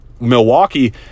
Milwaukee